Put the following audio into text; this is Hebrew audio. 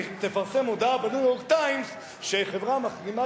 תפרסם מודעה ב"ניו יורק טיימס" שחברה מחרימה